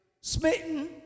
smitten